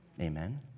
Amen